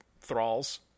thralls